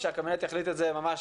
ושהקבינט יחליט על כך ממש